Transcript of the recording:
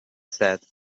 said